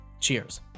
Cheers